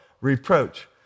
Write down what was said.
reproach